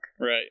Right